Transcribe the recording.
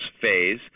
phase